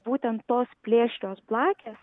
būtent tos plėšrios blakės